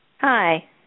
Hi